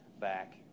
back